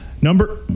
number